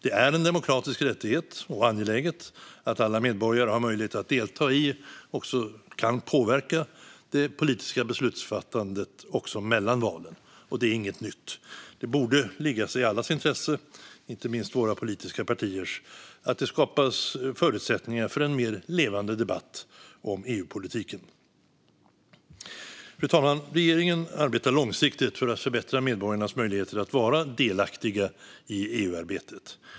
Det är en demokratisk rättighet, och det är angeläget, att alla medborgare har möjlighet att delta i och kan påverka det politiska beslutsfattandet också mellan valen. Det är inget nytt. Det borde ligga i allas intresse, inte minst våra politiska partiers, att det skapas förutsättningar för en mer levande debatt om EU-politiken. Fru talman! Regeringen arbetar långsiktigt för att förbättra medborgarnas möjligheter att vara delaktiga i EU-arbetet.